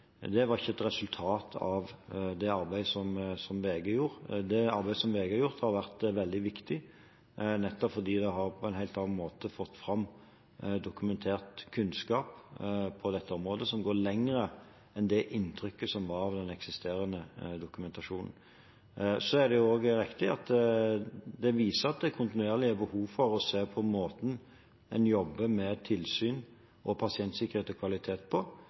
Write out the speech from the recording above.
Det var ikke et resultat av det arbeidet som VG gjorde. Det arbeidet som VG har gjort, har vært veldig viktig, nettopp fordi det på en helt annen måte har fått fram dokumentert kunnskap på dette området som går lenger enn det inntrykket som var med den eksisterende dokumentasjonen. Så er det riktig at det viser at det kontinuerlig er behov for å se på måten en jobber med tilsyn, pasientsikkerhet og kvalitet på.